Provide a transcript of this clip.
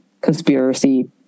conspiracy